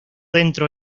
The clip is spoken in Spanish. dentro